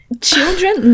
children